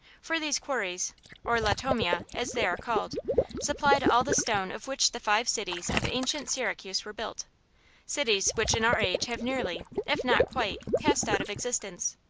for these quarries or latomia, as they are called supplied all the stone of which the five cities of ancient syracuse were built cities which in our age have nearly, if not quite, passed out of existence.